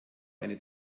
eine